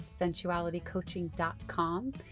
sensualitycoaching.com